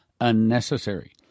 Unnecessary